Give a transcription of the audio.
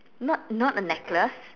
not not a necklace